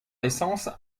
essence